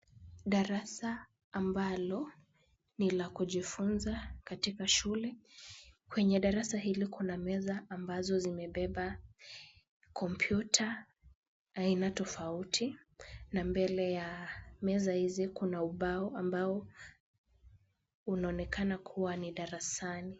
Darasa ambalo ni la kujifunza katika shule. Kwenye darasa hilo kuna meza ambazo zimebeba kompyuta aina tofauti na mbele ya meza hizi kuna ubao ambao unaonekana kuwa ni darasani.